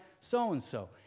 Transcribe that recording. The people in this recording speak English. so-and-so